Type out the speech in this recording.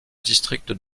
district